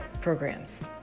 programs